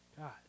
God